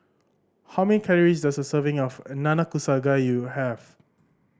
how many calories does a serving of Nanakusa Gayu have